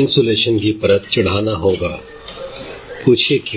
insulation की परत चढ़ाना होगा I पूछिए क्यों